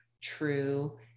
true